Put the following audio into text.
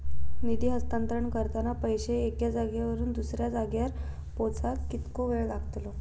निधी हस्तांतरण करताना पैसे एक्या जाग्यावरून दुसऱ्या जाग्यार पोचाक कितको वेळ लागतलो?